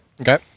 okay